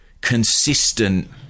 consistent